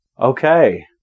Okay